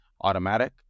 automatic